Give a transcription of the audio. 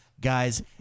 guys